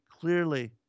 clearly